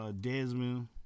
Desmond